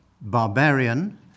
Barbarian